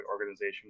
organization